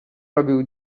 robił